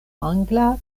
angla